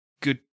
good